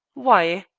why?